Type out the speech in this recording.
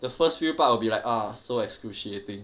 the first few part will be like ah so excruciating